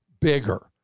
bigger